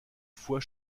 fois